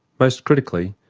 most critically,